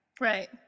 Right